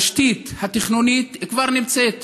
התשתית התכנונית כבר נמצאת,